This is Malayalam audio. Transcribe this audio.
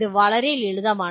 ഇത് വളരെ ലളിതമാണ്